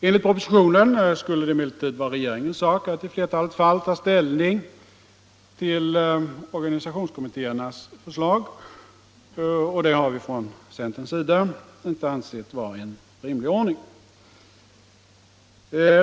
Enligt propositionen skulle det emellertid vara regeringens sak att i flertalet fall ta ställning till organisationskommittéernas förslag, och det har vi från centerns sida inte ansett vara en rimlig ordning.